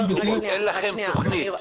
אין לכם תכנית.